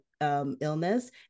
illness